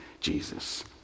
Jesus